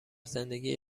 زندگی